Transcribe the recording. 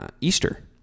Easter